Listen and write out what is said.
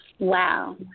Wow